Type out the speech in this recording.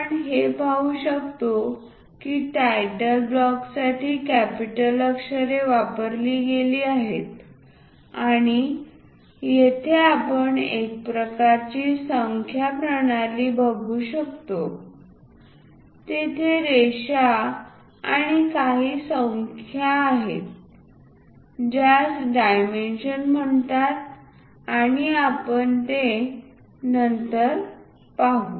आपण हे पाहू शकतो की टायटल ब्लॉकसाठी कॅपिटल अक्षरे वापरली गेली आहेत आणि येथे आपण एक प्रकारची संख्या प्रणाली बघू शकतो तेथे रेषा आणि काही संख्या आहेत ज्यास डायमेन्शन्स म्हणतात आणि आपण ते नंतर पाहू